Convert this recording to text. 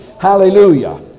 Hallelujah